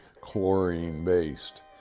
chlorine-based